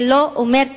זה לא אומר כלום.